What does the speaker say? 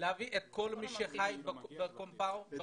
להביא את כל מי שחי במחנות, כל